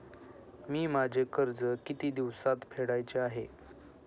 मी माझे कर्ज किती दिवसांत फेडायचे आहे?